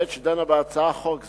בעת שדנה בהצעת חוק זו,